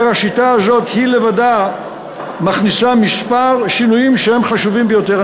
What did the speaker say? השיטה הזאת היא לבדה מכניסה כמה שינויים חשובים ביותר.